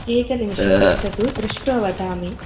एकनिमिषं तिष्ठतु दृष्ट्वा वदामि